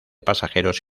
pasajeros